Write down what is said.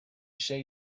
say